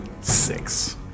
Six